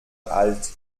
alt